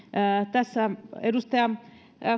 tässä edustaja